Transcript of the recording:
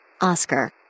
Oscar